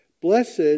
Blessed